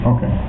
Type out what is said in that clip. Okay